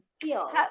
feel